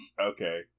Okay